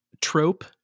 trope